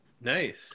nice